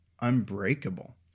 unbreakable